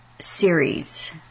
series